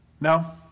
Now